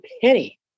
penny